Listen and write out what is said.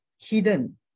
hidden